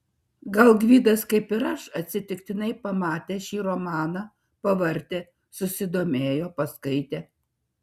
gal gvidas kaip ir aš atsitiktinai pamatęs šį romaną pavartė susidomėjo paskaitė